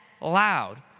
loud